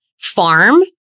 farm